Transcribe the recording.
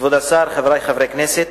כבוד השר, חברי חברי הכנסת,